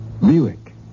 Buick